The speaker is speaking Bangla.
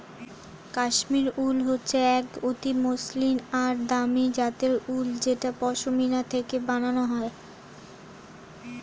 কাশ্মীরি উল হচ্ছে এক অতি মসৃন আর দামি জাতের উল যেটা পশমিনা থেকে বানানো হয়